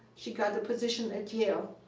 she got the position at yale.